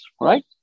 right